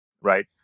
Right